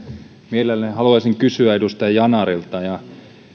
mielelläni haluaisin kysyä edustaja yanarilta